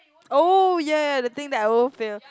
oh ya ya ya the thing that I won't fail